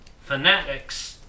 Fanatics